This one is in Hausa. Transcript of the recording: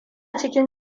cikin